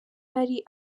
hari